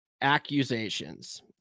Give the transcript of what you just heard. accusations